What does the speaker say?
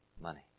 money